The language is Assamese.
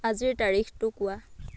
আজিৰ তাৰিখটো কোৱা